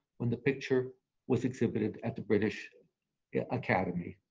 when the picture was exhibited at the british yeah academy.